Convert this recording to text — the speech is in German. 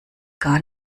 gar